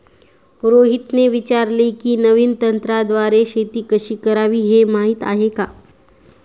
रोहितने विचारले की, नवीन तंत्राद्वारे शेती कशी करावी, हे माहीत आहे का?